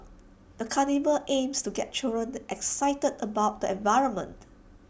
the carnival aimed to get children excited about the environment